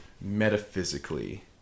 metaphysically